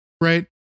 right